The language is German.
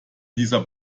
dieser